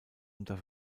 unter